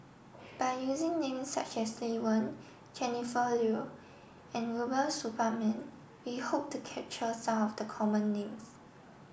by using names such as Lee Wen Jennifer Yeo and Rubiah Suparman we hope to capture some of the common names